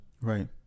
Right